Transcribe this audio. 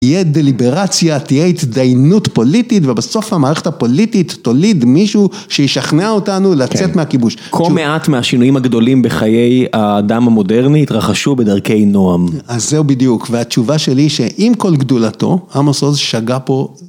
תהיה דליברציה, תהיה התדיינות פוליטית, ובסוף המערכת הפוליטית תוליד מישהו שישכנע אותנו לצאת מהכיבוש. כה מעט מהשינויים הגדולים בחיי האדם המודרני התרחשו בדרכי נועם. אז זהו בדיוק. והתשובה שלי היא שעם כל גדולתו, עמוס עוז שגה פה